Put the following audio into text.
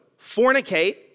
fornicate